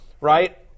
Right